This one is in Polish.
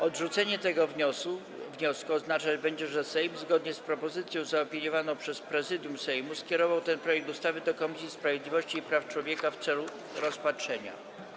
Odrzucenie tego wniosku oznaczać będzie, że Sejm, zgodnie z propozycją zaopiniowaną przez Prezydium Sejmu, skierował ten projekt ustawy do Komisji Sprawiedliwości i Praw Człowieka w celu rozpatrzenia.